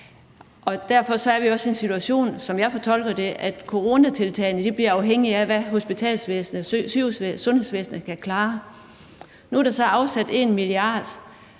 Derfor er vi jo også i en situation, som jeg fortolker det, at coronatiltagene bliver afhængige af, hvad sundhedsvæsenet kan klare. Nu er der så afsat 1 mia.